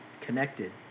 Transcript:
connected